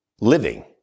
living